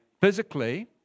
physically